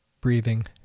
breathing